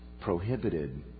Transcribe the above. prohibited